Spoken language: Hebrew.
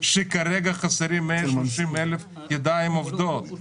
שכרגע חסרים 130,000 ידיים עובדות.